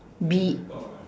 B